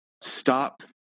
stop